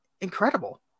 incredible